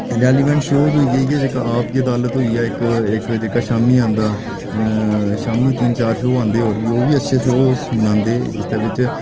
relevant shows होई गे इ'यै जेह्का आप की अदालत होई गेआ इक इक जेह्का शामीं औंदा शामीं तिन्न चार शोऽ औंदे होर बी ओह् बी अच्छे शोऽज बनांदे